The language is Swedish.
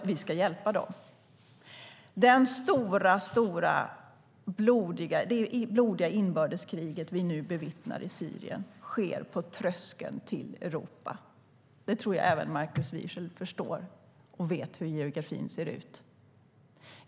Vi ska hjälpa dem. Det stora, blodiga inbördeskrig vi nu bevittnar i Syrien sker på tröskeln till Europa. Jag tror att även Markus Wiechel förstår det och vet hur geografin ser ut.